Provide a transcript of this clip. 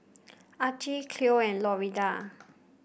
Archie Cleo and Lorinda